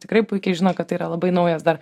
tikrai puikiai žino kad tai yra labai naujas dar